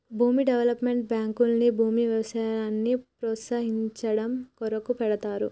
భూమి డెవలప్మెంట్ బాంకుల్ని భూమి వ్యవసాయాన్ని ప్రోస్తయించడం కొరకు పెడ్తారు